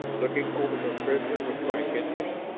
looking over their prisoner with frank interest.